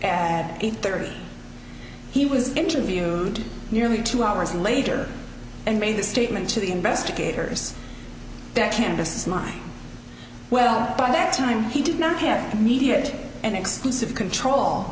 at eight thirty he was interviewed nearly two hours later and made the statement to the investigators that canvassed mine well by that time he did not have immediate and extensive control